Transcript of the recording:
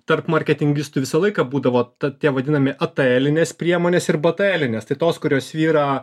tarp marketingistų visą laiką būdavo ta tie vadinami ataelinės priemonės ir bataelinės tai tos kurios svyra